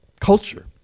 culture